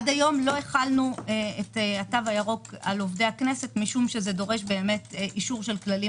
עד כה לא החלנו את התו הירוק על עובדי הכנסת כי זה דורש אישור כללים